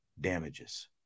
damages